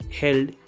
held